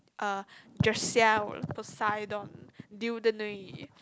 uh Joseah Poseidon Dudene